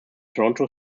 toronto